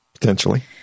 potentially